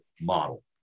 model